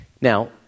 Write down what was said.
Now